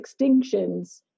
extinctions